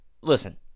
Listen